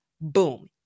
Boom